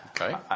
Okay